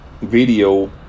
video